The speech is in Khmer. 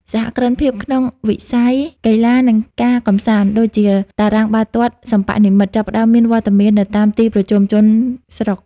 សហគ្រិនភាពក្នុងវិស័យ "កីឡា និងការកម្សាន្ត" ដូចជាតារាងបាល់ទាត់សិប្បនិម្មិត ចាប់ផ្ដើមមានវត្តមាននៅតាមទីប្រជុំជនស្រុក។